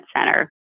Center